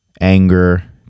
anger